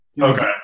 Okay